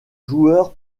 joueur